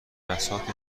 بساط